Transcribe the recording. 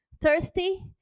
thirsty